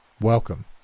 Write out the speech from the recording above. Welcome